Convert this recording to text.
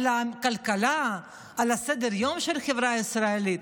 על הכלכלה, על סדר-היום של החברה הישראלית.